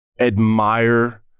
admire